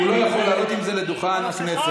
הוא לא יכול לעלות עם זה לדוכן הכנסת.